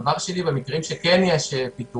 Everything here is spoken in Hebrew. דבר שני במקרים שכן יש פיטורים